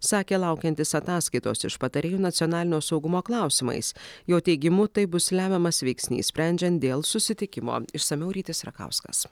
sakė laukiantis ataskaitos iš patarėjų nacionalinio saugumo klausimais jo teigimu tai bus lemiamas veiksnys sprendžiant dėl susitikimo išsamiau rytis rakauskas